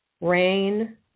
rain